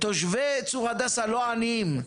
תושבי צור הדסה הם לא עניים,